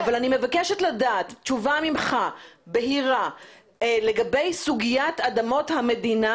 אני מבקשת לדעת תשובה בהירה ממך לגבי סוגיית אדמות המדינה